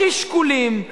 הכי שקולים,